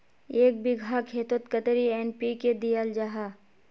एक बिगहा खेतोत कतेरी एन.पी.के दियाल जहा?